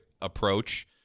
approach